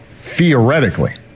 theoretically